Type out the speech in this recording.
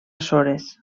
açores